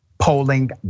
polling